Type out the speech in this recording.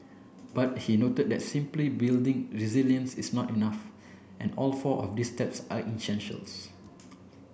but he noted that simply building resilience is not enough and all four of these steps are essentials